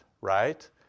right